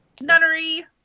Nunnery